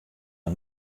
der